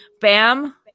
Bam